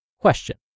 Question